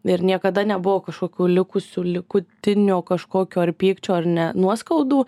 ir niekada nebuvo kažkokių likusių likutinio kažkokio ar pykčio ar ne nuoskaudų